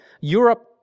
Europe